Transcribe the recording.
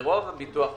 ברוב הביטוח הסיעודי,